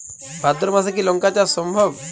ভাদ্র মাসে কি লঙ্কা চাষ সম্ভব?